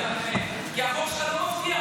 כי החוק שלך לא מבטיח,